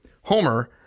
Homer